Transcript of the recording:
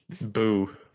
Boo